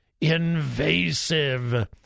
invasive